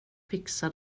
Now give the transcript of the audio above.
fixa